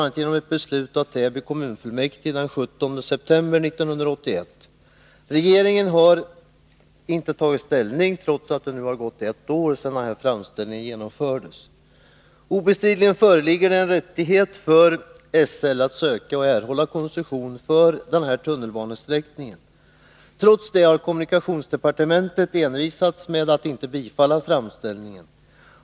a. fattades ett beslut av Täby kommunfullmäktige den 17 september 1981. Regeringen har inte tagit ställning, trots att det nu har gått ett år sedan den här framställningen gjordes. Obestridligen föreligger det en rättighet för SL att söka och erhålla koncession för den här tunnelbanesträckningen. Trots det har kommunikationsdepartementet envisats med att inte bifalla framställningen.